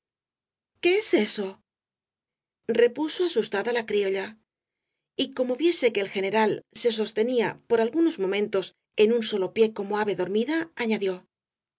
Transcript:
qué es eso repuso asustada la criolla y como viese que el general se sostenía por algunos momentos en un solo pie como ave dormida añadió